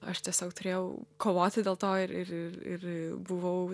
aš tiesiog turėjau kovoti dėl to ir ir ir buvau